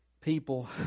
people